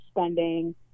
spending